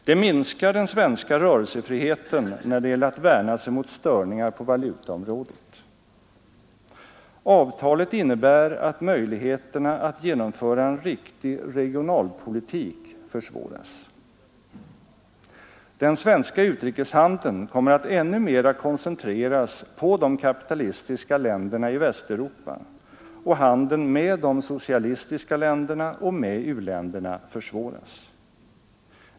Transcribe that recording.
Det minskar den svenska rörelsefriheten när det gäller att värna sig mot störningar på valutaområdet. Avtalet innebär att möjligheterna att genomföra en riktig regionalpolitik försvåras. Den svenska utrikeshandeln kommer att ännu mera koncentreras på de kapitalistiska länderna i Västeuropa, och handeln med de socialistiska länderna och med u-länderna försvåras.